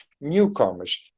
newcomers